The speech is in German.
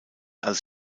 als